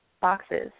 boxes